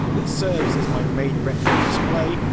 that serves as my main retro display,